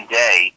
day